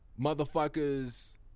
motherfuckers